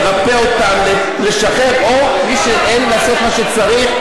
לרפא אותם או לעשות מה שצריך.